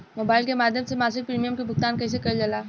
Mobile के माध्यम से मासिक प्रीमियम के भुगतान कैसे कइल जाला?